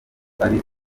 ari